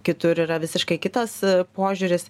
kitur yra visiškai kitas požiūris